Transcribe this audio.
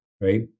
right